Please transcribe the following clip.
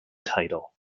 title